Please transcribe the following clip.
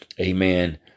Amen